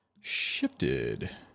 shifted